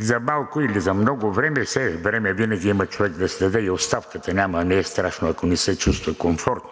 за малко или за много време, време винаги има човек да си даде и оставката, не е страшно, ако не се чувства комфортно,